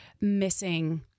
missing